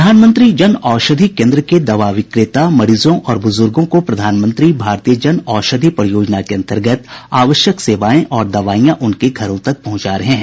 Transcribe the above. प्रधानमंत्री जन औषधि केंद्र के दवा विक्रेता मरीजों और बुजुर्गों को प्रधानमंत्री भारतीय जन औषधि परियोजना के अंतर्गत आवश्यक सेवाएं और दवाइयां उनके घरों तक पहुंचा रहे हैं